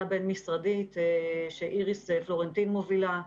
הבין-משרדית שאיריס פלורנטין מובילה.